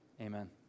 Amen